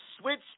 switch